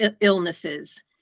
illnesses